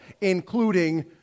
including